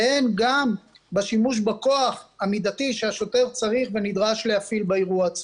והן גם בשימוש בכוח המידתי שהשוטר צריך ונדרש להפעיל באירוע עצמו.